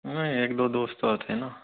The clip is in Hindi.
नहीं एक दो दोस्त और थे ना